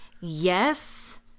yes